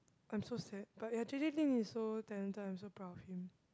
I'm so sad but ya J_J-Lin is so talented I'm so proud of him